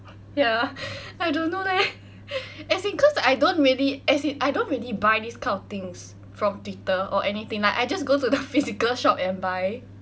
ya I don't know leh as in cause I don't really as in I don't really buy this kind of things from twitter or anything like I just go to the physical shop and buy